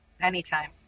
Anytime